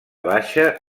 baixa